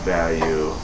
value